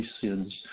sins